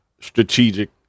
strategic